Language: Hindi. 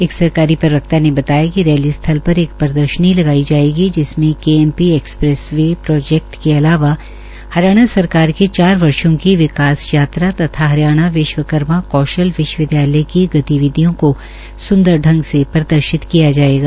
एक सरकारी प्रवक्ता ने बताया कि रख्नी स्थल पर एक प्रदर्शनी लगाई जायेगा जिसमें केएमपी एक्सप्रेस वे प्रोजेक् के अलावा हरियाणा सरकार के चार वर्षो की विकास यात्रा तथा हरियाणा विश्वकर्मा कौशल विश्वविदयालय की गतिविधियों को सुंदर संग से प्रदर्शित किया जायेगा